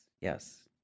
Yes